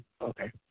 Okay